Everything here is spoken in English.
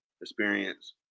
experience